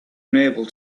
unable